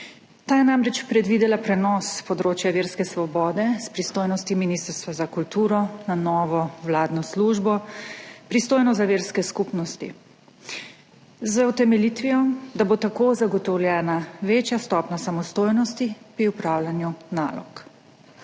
Ta je namreč predvidela prenos področja verske svobode s pristojnosti ministrstva za kulturo na novo vladno službo, pristojno za verske skupnosti, z utemeljitvijo, da bo tako zagotovljena večja stopnja samostojnosti pri opravljanju nalog.